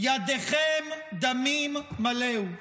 "ידיכם דמים מלאו".